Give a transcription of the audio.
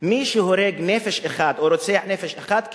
מי שהורג נפש אחת או רוצח נפש אחת,